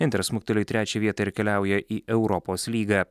inter smuktelėjo į trečią vietą ir keliauja į europos lygą